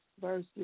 versus